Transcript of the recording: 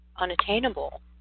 unattainable